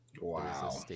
Wow